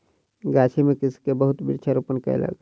गाछी में कृषक बहुत वृक्ष रोपण कयलक